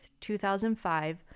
2005